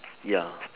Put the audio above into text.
ya